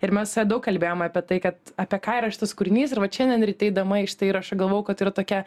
ir mes su ja daug kalbėjom apie tai kad apie ką yra šitas kūrinys ir vat šiandien ryte eidama į šitą įrašą galvojau kad tai yra tokia